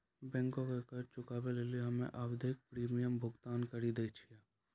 बैंको के कर्जा चुकाबै लेली हम्मे आवधिक प्रीमियम भुगतान करि दै छिये